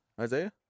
Isaiah